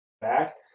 back